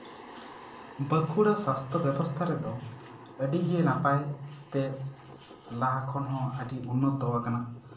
ᱵᱟᱸᱠᱩᱲᱟ ᱥᱟᱥᱛᱷᱚ ᱵᱮᱵᱚᱥᱛᱷᱟ ᱨᱮᱫᱚ ᱟᱹᱰᱤᱜᱮ ᱱᱟᱯᱟᱭ ᱛᱮ ᱞᱟᱦᱟ ᱠᱷᱚᱱ ᱦᱚᱸ ᱟᱹᱰᱤ ᱩᱱᱱᱚᱛᱚ ᱟᱠᱟᱱᱟ